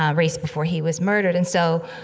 ah race before he was murdered. and so,